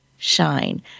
shine